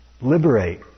liberate